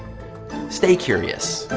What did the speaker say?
stay curious.